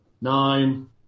Nine